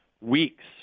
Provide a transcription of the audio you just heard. weeks